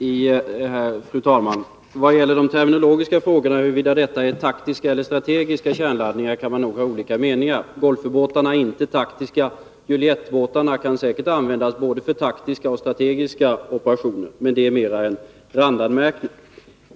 Fru talman! Vad gäller de terminologiska frågorna, huruvida detta är taktiska eller strategiska kärnladdningar, kan man nog ha olika meningar. Golfubåtarna är inte taktiska; Juliettubåtarna kan säkert användas för både taktiska och strategiska operationer. Men det är mera en randanmärkning.